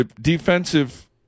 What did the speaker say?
defensive